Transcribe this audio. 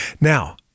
Now